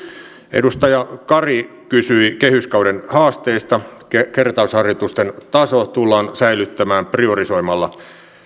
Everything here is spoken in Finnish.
edustaja kari kysyi kehyskauden haasteista kertausharjoitusten taso tullaan säilyttämään priorisoimalla